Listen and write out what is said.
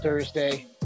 Thursday